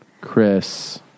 Chris